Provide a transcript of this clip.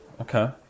Okay